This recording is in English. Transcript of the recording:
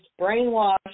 brainwashed